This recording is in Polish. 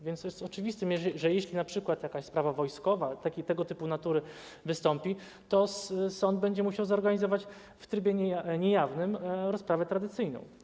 Więc oczywiste jest, że jeśli np. jakaś sprawa wojskowa, tego typu natury wystąpi, to sąd będzie musiał zorganizować w trybie niejawnym rozprawę tradycyjną.